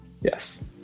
Yes